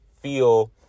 feel